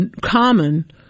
common